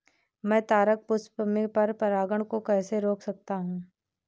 मैं तारक पुष्प में पर परागण को कैसे रोक सकता हूँ?